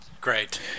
Great